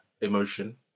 emotion